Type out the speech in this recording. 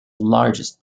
largest